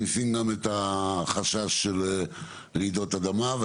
בעלות-תועלת גם מכניסים את החשש של רעידות אדמה?